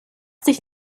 dich